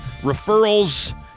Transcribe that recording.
Referrals